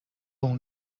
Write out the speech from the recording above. اون